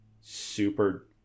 super